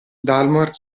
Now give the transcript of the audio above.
dalmor